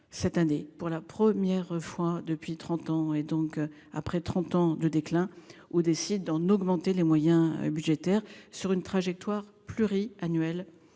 cette année pour la première fois depuis 30 ans et donc après 30 ans de déclin ou décide d'en augmenter les moyens budgétaires sur une trajectoire pluri-annuel.